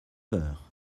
heures